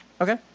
Okay